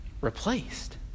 replaced